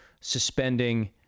suspending